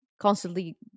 constantly